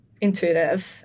intuitive